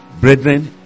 brethren